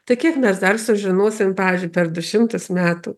tai kiek mes dar sužinosim pavyzdžiui per du šimtus metų